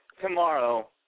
tomorrow